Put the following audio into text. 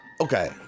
okay